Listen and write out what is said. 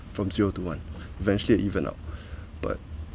from zero to one eventually even out but